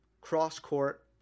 cross-court